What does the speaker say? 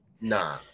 nah